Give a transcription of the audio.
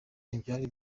ntibyari